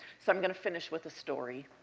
so, um going to finish with a story.